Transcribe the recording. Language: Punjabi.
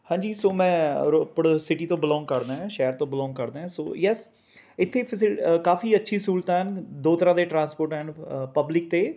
ਹਾਂਜੀ ਸੋ ਮੈਂ ਰੋਪੜ ਸਿਟੀ ਤੋਂ ਬੀਲੋਂਗ ਕਰਦਾ ਹੈ ਸ਼ਹਿਰ ਤੋਂ ਬੀਲੋਂਗ ਕਰਦਾ ਹੈ ਸੋ ਯੈਸ ਇੱਥੇ ਫਸੀ ਕਾਫੀ ਅੱਛੀ ਸਹੂਲਤਾਂ ਹਨ ਦੋ ਤਰ੍ਹਾਂ ਦੇ ਟਰਾਂਸਪੋਰਟ ਐਂਡ ਪਬਲਿਕ ਅਤੇ